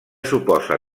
suposa